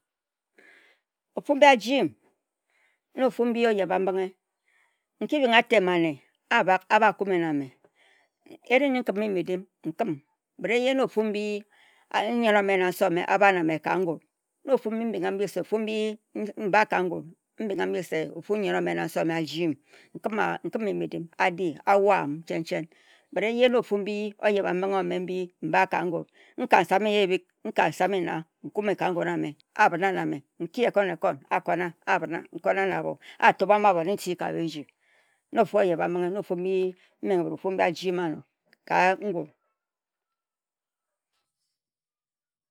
Afu-mbi ajim, na ofu ayeba-mbinghe. Nki bing atema nne abak, ahba kume na meh. Erie nji nkima eyim-edim nkim, meh se na ofu mbi nyen omeh na nse omeh abae na meh ka ngun na ofu mbi meh mbae ka ngun mbingha mbi se ofu nyen-omeh na nse-omeh ajie-m. Nkim-eyime dim a-di ayow aǝm, meh se eyieh na ofu oyeba-mbinghe omeh mbi mbee ka ngun. Nka nsam-enya ebik, nka nsame-nya, ahben-na na meh nki ekon-na-ekon ahben-na mben-na na ahbo, a to bam abon-ni niti ka biji na ofu oyeba-mbinghe na ofu mbi a jim-ano ka ngun.